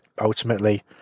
ultimately